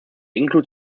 include